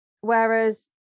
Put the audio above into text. whereas